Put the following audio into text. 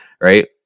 right